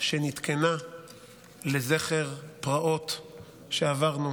שנתקנה לזכר פרעות שעברנו